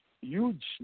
huge